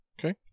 Okay